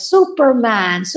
Superman